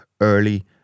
early